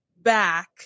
back